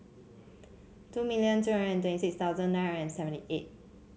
two million two hundred and twenty six thousand nine hundred and seventy eight